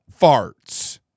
farts